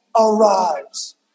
arrives